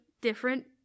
different